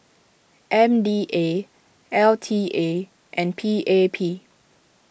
M D A L T A and P A P